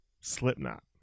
slipknot